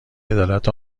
عدالت